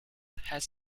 has